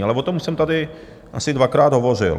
Ale o tom už jsem tady asi dvakrát hovořil.